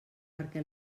perquè